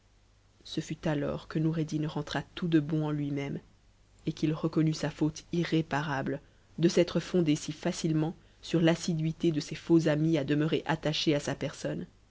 ce fut alors que noureddin rentra tout de bon en lui-même et qu'il vcounut sa faute irréparable de s'être fondé si facilement sur l'assiduité de ces faux amis à demeurer attachés à sa personne